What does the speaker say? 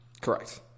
Correct